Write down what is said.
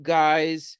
guys